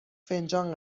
فنجان